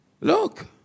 look